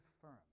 firm